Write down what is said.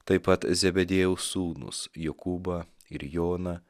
taip pat zebediejaus sūnus jokūbą ir joną